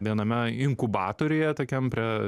viename inkubatoriuje tokiam prie